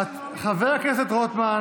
חבר הכנסת רוטמן